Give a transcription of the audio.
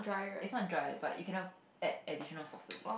is not dry but you cannot add additional sauces